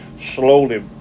slowly